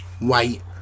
wait